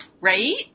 right